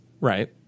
Right